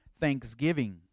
thanksgiving